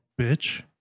bitch